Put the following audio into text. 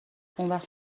اونوقت